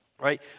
Right